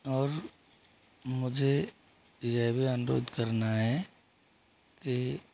और मुझे ये भी अनुरोध करना है कि